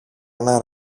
ένα